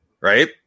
Right